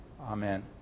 amen